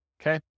Okay